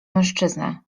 mężczyznę